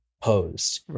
posed